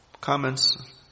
comments